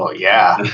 ah yeah.